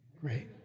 Great